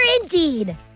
indeed